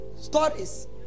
Stories